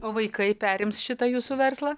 o vaikai perims šitą jūsų verslą